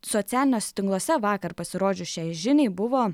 socialiniuose tinkluose vakar pasirodžius šiai žiniai buvo